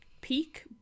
peak